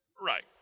Right